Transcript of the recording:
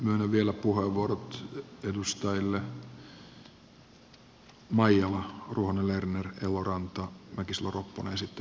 myönnän vielä puheenvuorot edustajille maijala ruohonen lerner eloranta mäkisalo ropponen ja sitten puhujalistaan